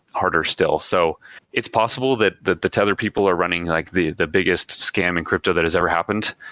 harder still. so it's possible that that the tether people are running like the the biggest scam in crypto that is ever happened.